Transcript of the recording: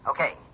Okay